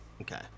Okay